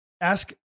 ask